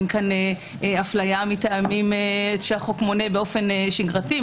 אין פה אפליה מטעמים שהחוק מונה באופן שגרתי.